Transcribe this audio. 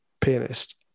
pianist